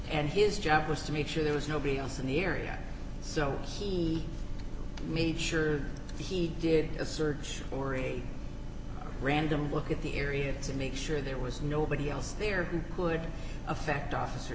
and his job was to make sure there was nobody else in the area so he made sure he did a search for a random look at the area to make sure there was nobody else there could affect officer